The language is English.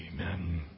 Amen